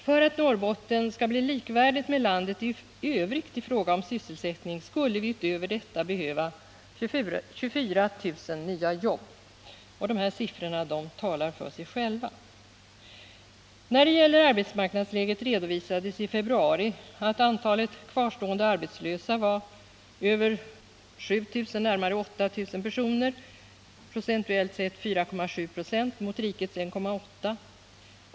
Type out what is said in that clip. För att Norrbotten skall bli likvärdigt med landet i övrigt i fråga om sysselsättning, skulle det utöver detta behövas 24 000 nya jobb. De här siffrorna talar för sig själva. När det gäller arbetsmarknadsläget redovisades att antalet kvarstående arbetslösa i februari var närmare 8 000 personer, procentuellt sett 4,7 26 mot rikets 1,8 20.